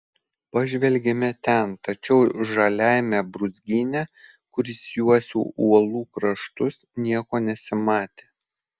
pažvelgėme ten tačiau žaliajame brūzgyne kuris juosė uolų kraštus nieko nesimatė